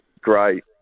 great